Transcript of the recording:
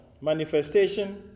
Manifestation